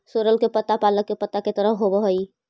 सोरल के पत्ता पालक के पत्ता के तरह होवऽ हई